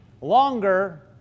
longer